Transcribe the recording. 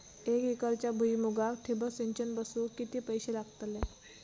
एक एकरच्या भुईमुगाक ठिबक सिंचन बसवूक किती पैशे लागतले?